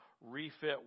refit